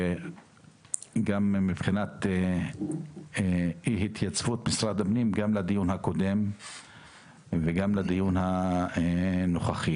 שגם מבחינת אי התייצבות משרד הפנים גם לדיון הקודם וגם לדיון הנוכחי.